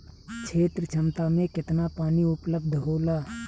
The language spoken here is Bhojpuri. क्षेत्र क्षमता में केतना पानी उपलब्ध होला?